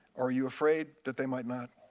are you afraid that they might not?